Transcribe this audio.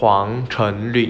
wang chun li